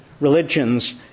religions